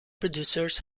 producers